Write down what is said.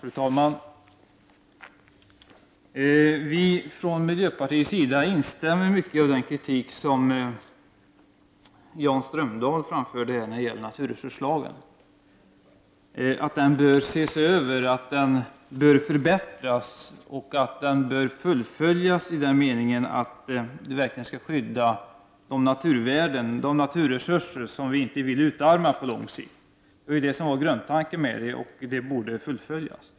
Fru talman! Vi i miljöpartiet instämmer i mycket av den kritik som Jan Strömdahl framförde när det gäller naturresurslagen. Den bör ses över, den bör förbättras och fullföljas i den meningen att den verkligen skall skydda de naturvärden och de naturresurser som vi inte vill skall utarmas på lång sikt. Detta var ju grundtanken med lagen, och det borde också fullföljas.